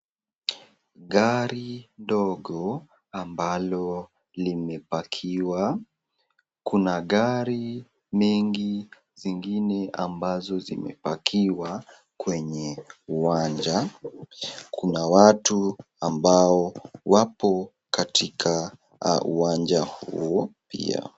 Gari dogo ambalo limepakiwa, kuna gari mingi zingine ambazo zimepakiwa kwenye uwanja, kuna watu ambao wapo katika uwanja huo pia.